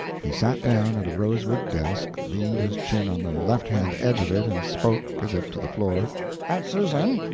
he sat down at a rosewood desk, leaned his chin on the left-hand edge of it and spoke, as if to the floor aunt susan!